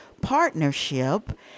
Partnership